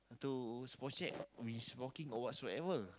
to spot check we smoking or whatsoever